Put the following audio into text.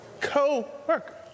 Co-worker